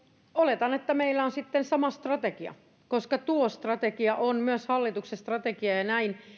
oletan että meillä on sitten sama strategia koska tuo strategia on myös hallituksen strategia ja näin